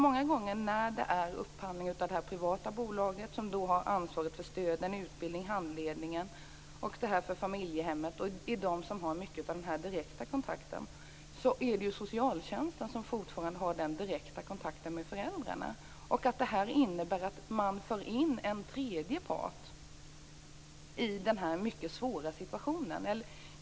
Många gånger när det är fråga om upphandling av det här privata bolaget, som då har ansvaret för stödet, utbildningen och handledningen av familjehemmet, är det socialtjänsten som fortfarande har mycket av den direkta kontakten med föräldrarna. Det här innebär att man för in en fjärde part i den här mycket svåra situationen.